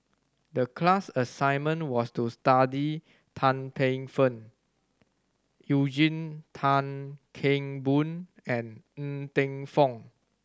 the class assignment was to study Tan Paey Fern Eugene Tan Kheng Boon and Ng Teng Fong